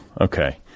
okay